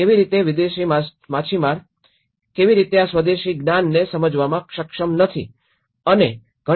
કેવી રીતે વિદેશી માછીમાર તેઓ કેવી રીતે આ સ્વદેશી જ્ઞાન ને સમજવામાં સક્ષમ નથી અને ઘણી અસર પેદા કરી શકતા નથી